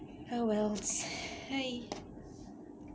oh well it's